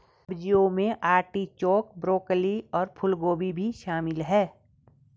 सब्जियों में artichoke, broccoli और फूलगोभी शामिल है